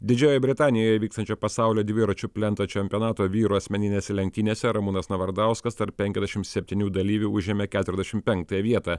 didžiojoje britanijoje vykstančio pasaulio dviračių plento čempionato vyrų asmeninėse lenktynėse ramūnas navardauskas tarp penkiasdešim septinių dalyvių užėmė keturiasdešim penktąją vietą